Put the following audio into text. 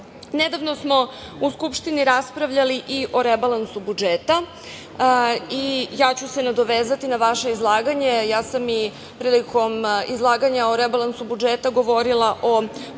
plenumu. Nedavno smo u Skupštini raspravljali o rebalansu budžeta i ja ću se nadovezati na vaše izlaganje. Ja sam i prilikom izlaganja o rebalansu budžeta govorila, posebno